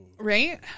Right